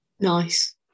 Nice